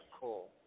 cool